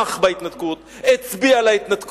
ראש הממשלה תמך בהתנתקות, הצביע על ההתנתקות.